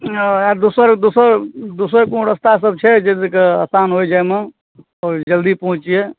आ दोसर दोसर दोसर कोन रस्ता सब छै जाहि दऽ कऽ आसान होइ जाइमे जल्दी पहुँचिए